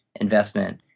investment